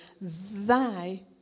Thy